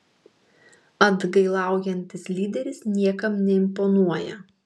atgailaujantis lyderis niekam neimponuoja